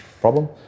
problem